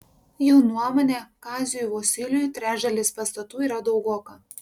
jų nuomone kaziui vosyliui trečdalis pastatų yra daugoka